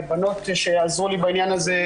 והבנות שעזרו לי בעניין הזה,